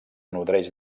nodreix